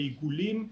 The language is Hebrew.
בעיגולים,